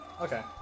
okay